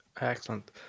excellent